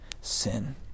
sin